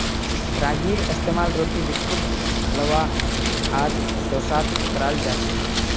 रागीर इस्तेमाल रोटी बिस्कुट हलवा आर डोसात कराल जाछेक